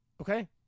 Okay